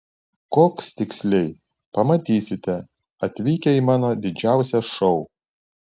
koks tiksliai pamatysite atvykę į mano didžiausią šou